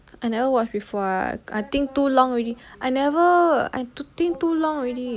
I never watch before ah I think too long already I never I think too long already